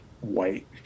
white